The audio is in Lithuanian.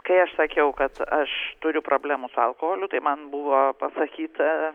kai aš sakiau kad aš turiu problemų su alkoholiu tai man buvo pasakyta